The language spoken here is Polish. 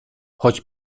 choć